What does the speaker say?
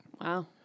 Wow